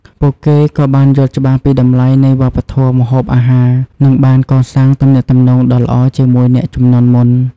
ពួកគេក៏បានយល់ច្បាស់ពីតម្លៃនៃវប្បធម៌ម្ហូបអាហារ និងបានកសាងទំនាក់ទំនងដ៏ល្អជាមួយអ្នកជំនាន់មុន។